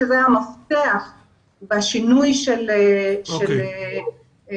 שזה המפתח בשינוי של האופנועים.